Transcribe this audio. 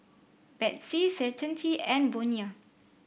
Betsy Certainty and Bonia